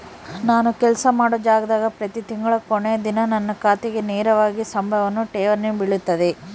ನಾನು ಕೆಲಸ ಮಾಡೊ ಜಾಗದಾಗ ಪ್ರತಿ ತಿಂಗಳ ಕೊನೆ ದಿನ ನನ್ನ ಖಾತೆಗೆ ನೇರವಾಗಿ ಸಂಬಳವನ್ನು ಠೇವಣಿ ಬಿಳುತತೆ